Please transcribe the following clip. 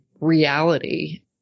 reality